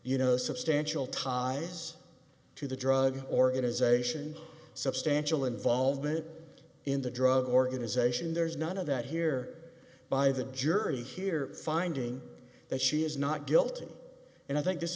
you know substantial ties to the drug organization substantial involvement in the drug organization there's none of that here by the jury here finding that she is not guilty and i think this